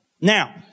Now